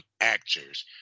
actors